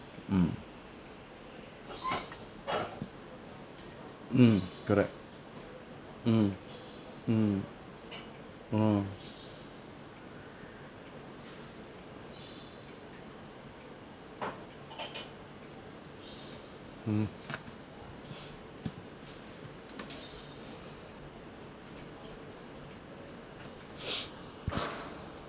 mm mm correct mm mm mm mm